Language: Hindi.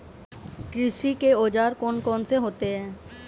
कृषि के औजार कौन कौन से होते हैं?